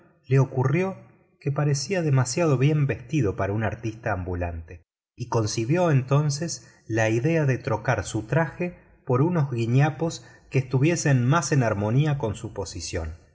le ocurrió que parecía demasiado bien vestido para un artista ambulante y concibió entonces la idea de trocar su traje por unos guiñapos que estuviesen más en armonía con su posición